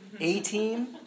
A-Team